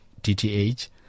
DTH